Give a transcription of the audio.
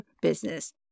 business